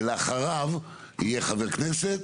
לאחריו יהיה חבר כנסת